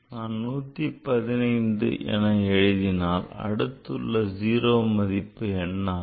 நான் 115 என எழுதினால் அடுத்துள்ள 0 மதிப்பு என்னவாகும்